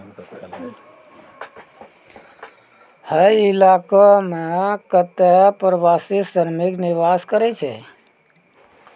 हय इलाको म कत्ते प्रवासी श्रमिक निवास करै छै